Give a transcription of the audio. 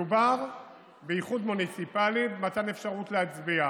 מדובר באיחוד מוניציפלי ומתן אפשרות להצביע.